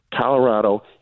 Colorado